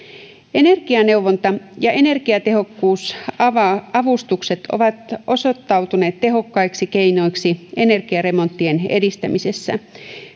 energianeuvonta ja energiatehokkuusavustukset ovat osoittautuneet tehokkaiksi keinoiksi energiaremonttien edistämisessä